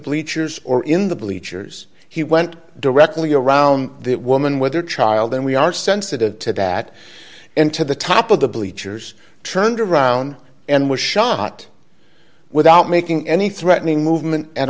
bleachers or in the bleachers he went directly around the woman whether child and we are sensitive to that and to the top of the bleachers turned around and was shot without making any threatening movement at